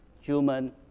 human